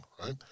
right